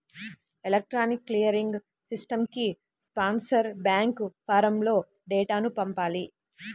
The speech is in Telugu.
ఎలక్ట్రానిక్ క్లియరింగ్ సిస్టమ్కి స్పాన్సర్ బ్యాంక్ ఫారమ్లో డేటాను పంపాలి